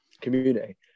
community